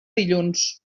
dilluns